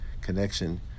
connection